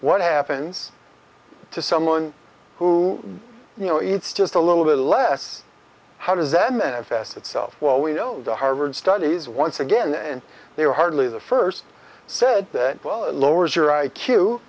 what happens to someone who you know it's just a little bit less how does then manifest itself well we know the harvard studies once again and they are hardly the first said that well it lowers your i q